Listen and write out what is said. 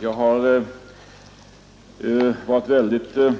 Herr talman! Jag är mycket